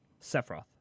Sephiroth